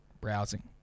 browsing